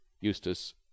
Eustace